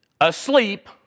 asleep